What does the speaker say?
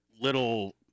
little